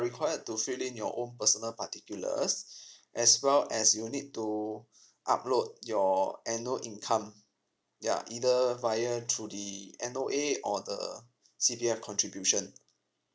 required to fill in your own personal particulars as well as you'll need to upload your annual income ya either via through the N_O_A or the C_P_F contribution